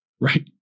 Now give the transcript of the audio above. right